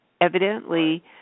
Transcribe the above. evidently